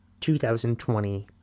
2020